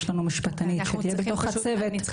יש לנו משפטנית שתהיה בתוך הצוות --- אני צריכה